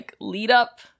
lead-up